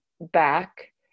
back